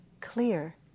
clear